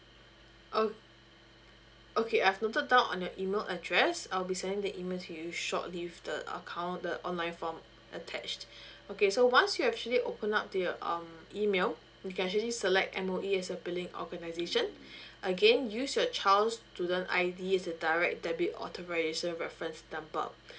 o` okay I've noted down on your email address I'll be sending the email to you shortly with the account the online form attached okay so once you actually open up to your um email you can actually select M_O_E as a billing organization again use your child's student I_D as a direct debit or the register reference number